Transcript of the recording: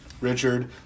Richard